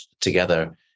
together